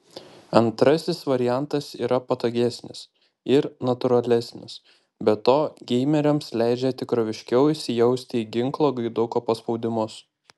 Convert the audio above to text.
antrasis variantas yra patogesnis ir natūralesnis be to geimeriams leidžia tikroviškiau įsijausti į ginklo gaiduko paspaudimus